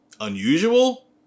Unusual